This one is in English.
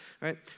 right